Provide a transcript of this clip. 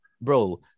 bro